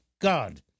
god